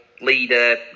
leader